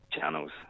channels